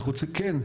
אנחנו צריכים כן,